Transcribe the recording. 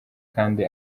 kandi